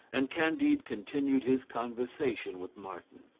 and candide continued his conversation with martin.